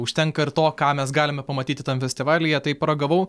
užtenka ir to ką mes galime pamatyti tam festivalyje tai paragavau